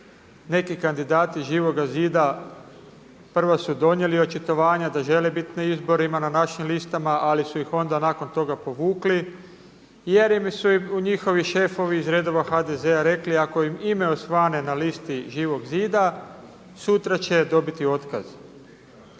neki kandidati Živoga zida prvo su donijeli očitovanja da žele biti na izborima na našim listama ali su ih onda nakon toga povukli jer su im njihovi šefovi iz redova HDZ-a rekli ako im ime osvane na listi Živog zida sutra će dobiti otkaz.